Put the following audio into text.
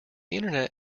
internet